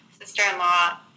sister-in-law